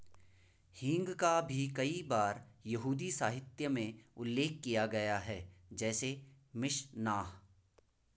हींग का भी कई बार यहूदी साहित्य में उल्लेख किया गया है, जैसे मिशनाह